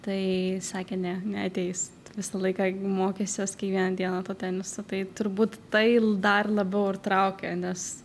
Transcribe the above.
tai sakė ne neateis t visą laiką mokysies kiekvieną dieną to teniso tai turbūt tai l dar labiau ir traukia nes